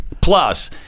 plus